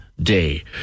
day